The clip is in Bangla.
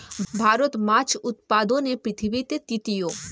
ভারত মাছ উৎপাদনে পৃথিবীতে তৃতীয়